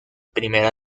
primera